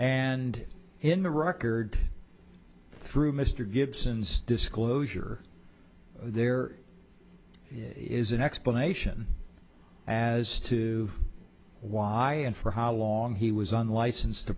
and in the record through mr gibson's disclosure there is an explanation as to why and for how long he was on license to